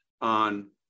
on